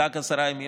גג עשרה ימים,